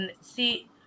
see